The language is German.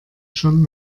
schon